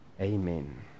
Amen